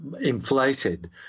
inflated